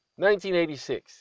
1986